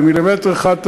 במילימטר אחד,